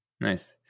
Nice